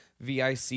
Vic